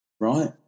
right